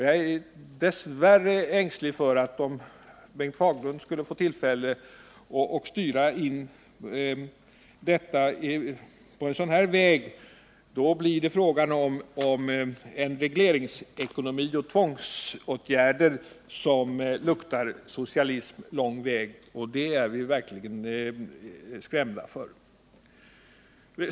Jag är dess värre ängslig för att om Bengt Fagerlund skulle få tillfälle att styra in på en sådan väg, skulle det kunna bli fråga om en regleringsekonomi och om tvångsåtgärder som luktar socialism lång väg, och det är vi verkligen rädda för.